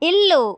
ఇల్లు